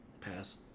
Pass